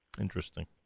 interesting